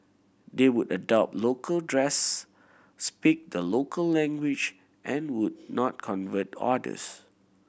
they would adopt local dress speak the local language and would not convert others